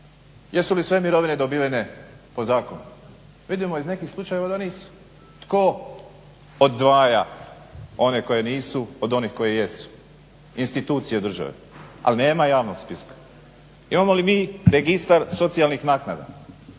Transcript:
Jesu li sve mirovine dobivene po zakonu, vidimo iz nekih slučajeva da nisu. Tko odvaja one koje nisu od onih koje jesu institucije države ali nema javnog spiska. Imamo li mi registar socijalnih naknada,